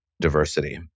diversity